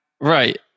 Right